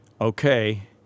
okay